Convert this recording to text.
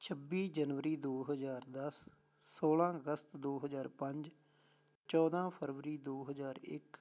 ਛੱਬੀ ਜਨਵਰੀ ਦੋ ਹਜ਼ਾਰ ਦਸ ਸੋਲ੍ਹਾਂ ਅਗਸਤ ਦੋ ਹਜ਼ਾਰ ਪੰਜ ਚੌਦਾਂ ਫਰਵਰੀ ਦੋ ਹਜ਼ਾਰ ਇੱਕ